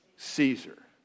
Caesar